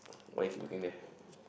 why you keep looking there